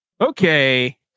Okay